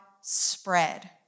spread